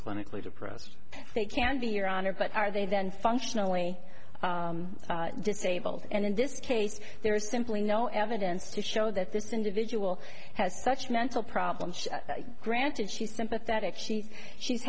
clinically depressed they can be your honor but are they then functionally disabled and in this case there is simply no evidence to show that this individual has such mental problems granted she's sympathetic she's she's